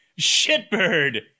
Shitbird